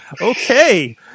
Okay